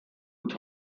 und